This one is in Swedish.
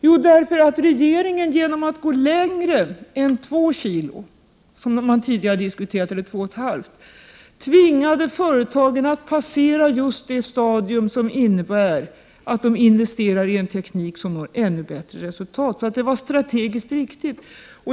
Jo, därför att regeringen genom att gå längre än 2 eller 2,5 kilo, som man tidigare diskuterade, tvingade företagen att passera just det stadium som innebär att man investerar i en teknik som ger bättre resultat. Det är strategiskt och riktigt.